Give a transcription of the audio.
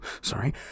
sorry